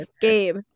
Gabe